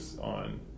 on